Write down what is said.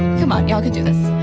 come on, you all can do this.